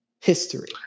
history